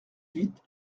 huit